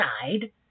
side